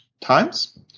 times